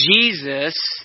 Jesus